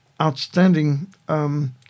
outstanding